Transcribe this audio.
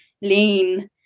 lean